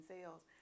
sales